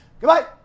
Goodbye